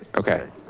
okay,